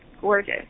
gorgeous